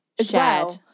shared